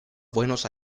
buenos